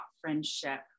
friendship